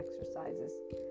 exercises